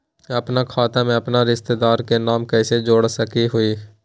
अपन खाता में अपन रिश्तेदार के नाम कैसे जोड़ा सकिए हई?